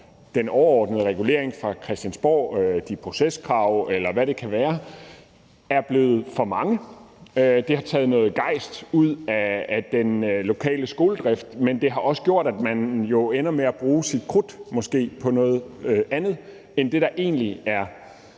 den overordnede regulering fra Christiansborg med proceskrav, og hvad det kan være, er blevet for stor og for meget. Det har taget noget gejst ud af den lokale skoledrift, men det har også gjort, at man måske ender med at bruge sit krudt på noget andet end det, der egentlig er